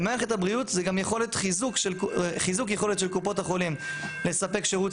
למערכת הבריאות זה חיזוק יכולת של קופות החולים לספק שירות